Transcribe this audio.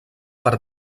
per